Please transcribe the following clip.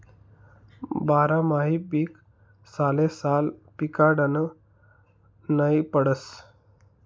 बारमाही पीक सालेसाल पिकाडनं नै पडस